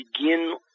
begin